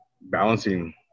balancing